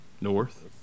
north